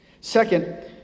Second